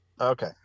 Okay